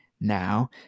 now